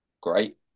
great